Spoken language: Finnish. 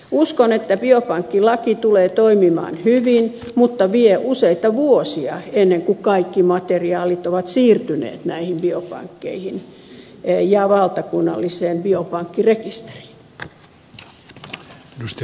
uskon että biopankkilaki tulee toimimaan hyvin mutta vie useita vuosia ennen kuin kaikki materiaalit ovat siirtyneet näihin biopankkeihin ja valtakunnalliseen biopankkirekisteriin